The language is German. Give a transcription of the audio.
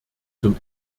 zum